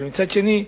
אבל מצד שני,